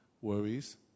worries